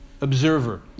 observer